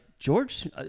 George